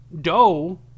Doe